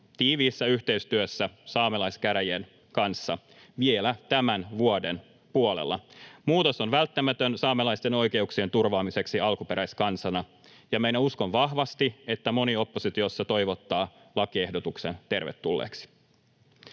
tiiviissä yhteistyössä saamelaiskäräjien kanssa vielä tämän vuoden puolella. Muutos on välttämätön saamelaisten oikeuksien turvaamiseksi alkuperäiskansana, ja minä uskon vahvasti, että moni oppositiossa toivottaa lakiehdotuksen tervetulleeksi.